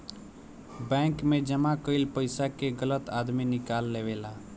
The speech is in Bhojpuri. बैंक मे जमा कईल पइसा के गलत आदमी निकाल लेवेला